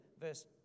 verse